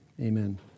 Amen